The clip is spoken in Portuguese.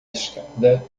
escada